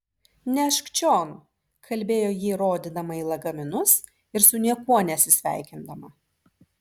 nešk čion kalbėjo ji rodydama į lagaminus ir su niekuo nesisveikindama